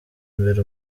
imbere